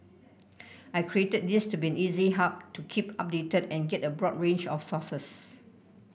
I created this to be easy hub to keep updated and get a broad range of sources